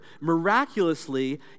miraculously